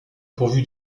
pourvu